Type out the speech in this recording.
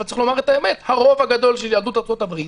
אבל צריך לומר את האמת: הרוב הגדול של יהדות ארצות-הברית